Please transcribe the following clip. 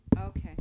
Okay